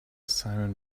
simum